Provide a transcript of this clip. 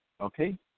Okay